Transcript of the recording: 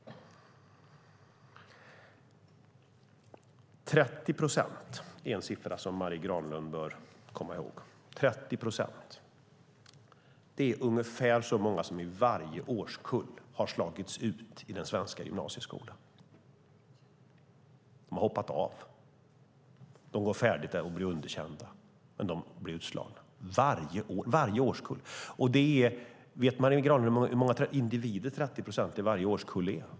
30 procent är en siffra som Marie Granlund bör komma ihåg. Det är ungefär så många som i varje årskull har slagits ut i den svenska gymnasieskolan. De har hoppat av. De går färdigt där och blir underkända, och de blir utslagna. Det gäller varje årskull. Vet Marie Granlund hur många individer 30 procent av varje årskull är?